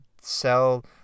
sell